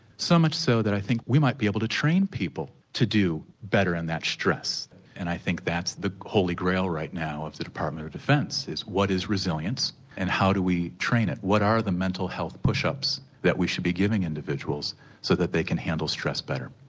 so much so that i think we might be able to train people to do better in that stress and i think that's the holy grail right now of the department of defence, what is resilience and how do we train it? what are the mental health push ups that we should be giving individuals so that they can handle stress better?